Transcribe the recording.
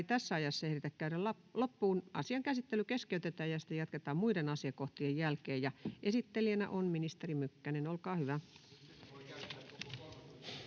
tässä ajassa ehditä käydä loppuun, asian käsittely keskeytetään ja sitä jatketaan muiden asiakohtien jälkeen. — Esittelijänä on ministeri Mykkänen, olkaa hyvä.